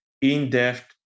in-depth